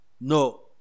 No